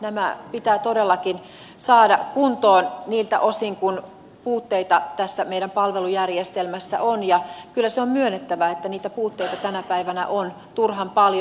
nämä pitää todellakin saada kuntoon niiltä osin kuin puutteita tässä meidän palvelujärjestelmässä on ja kyllä se on myönnettävä että niitä puutteita tänä päivänä on turhan paljon